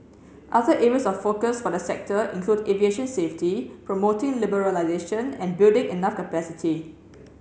other areas of focus for the sector include aviation safety promoting liberalisation and building enough capacity